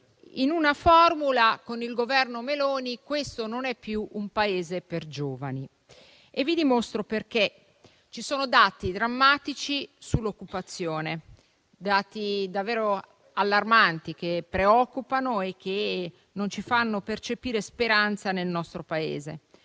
in una formula, con il Governo Meloni questo non è più un Paese per giovani e vi dimostro perché. Ci sono dati drammatici sull'occupazione, davvero allarmanti, che preoccupano e che non ci fanno percepire speranza nel nostro Paese,